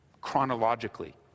chronologically